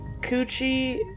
coochie